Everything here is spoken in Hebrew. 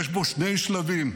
יש בו שני שלבים: